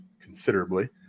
considerably